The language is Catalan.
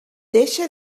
deixa